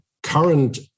current